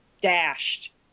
dashed